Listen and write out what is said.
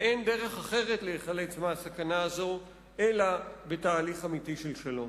ואין דרך אחרת להיחלץ מהסכנה הזאת אלא בתהליך אמיתי של שלום.